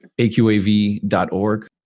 aqav.org